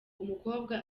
umukobwa